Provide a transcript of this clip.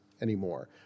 anymore